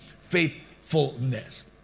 faithfulness